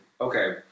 okay